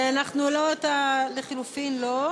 כן, 4, מצביעות.